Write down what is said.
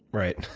right.